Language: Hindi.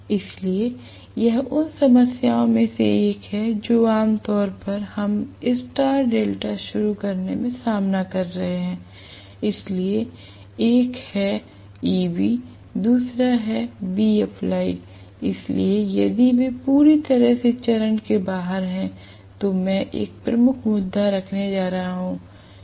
इसलिए यह उन समस्याओं में से एक है जो आम तौर पर हम स्टार डेल्टा शुरू करने में सामना कर सकते हैं इसलिए एक है Eb दूसरा है Vapplied इसलिए यदि वे पूरी तरह से चरण से बाहर हैं तो मैं एक प्रमुख मुद्दा रखने जा रहा हूं